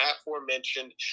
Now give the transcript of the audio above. aforementioned